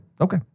Okay